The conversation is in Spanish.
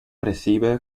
recibe